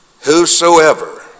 whosoever